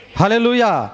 Hallelujah